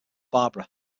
barbara